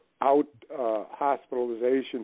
out-hospitalization